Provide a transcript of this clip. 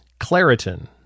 Claritin